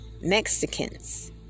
Mexicans